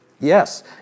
Yes